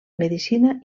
medicina